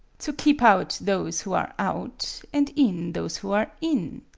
to keep out those who are out, and in those who are in,